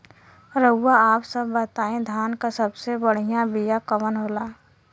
रउआ आप सब बताई धान क सबसे बढ़ियां बिया कवन होला?